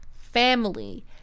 family